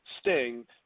Sting